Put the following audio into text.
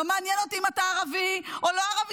לא מעניין אותי אם אתה ערבי או לא ערבי,